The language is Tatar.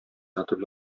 ятып